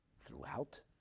throughout